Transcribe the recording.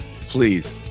Please